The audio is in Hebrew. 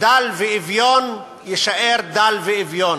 דל ואביון יישאר דל ואביון.